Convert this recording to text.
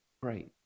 great